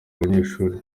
abanyeshuri